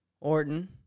Orton